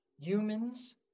Humans